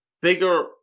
Bigger